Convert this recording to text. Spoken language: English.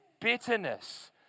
bitterness